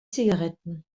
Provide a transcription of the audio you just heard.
zigaretten